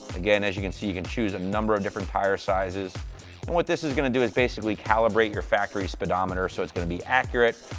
again, as you can see, you can choose a number of different tire sizes. and what this is going to do is basically calibrate your factory speedometer, so it's going to be accurate.